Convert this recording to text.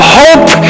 hope